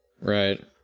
Right